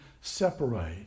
separate